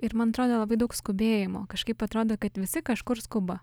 ir man atrodo labai daug skubėjimo kažkaip atrodo kad visi kažkur skuba